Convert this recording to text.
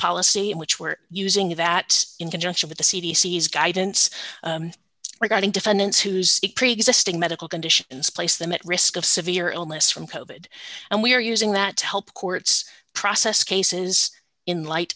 policy in which we're using that in conjunction with the c d c s guidance regarding defendants whose preexisting medical conditions placed them at risk of severe illness from coded and we are using that tell courts process cases in light